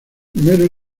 primero